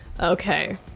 Okay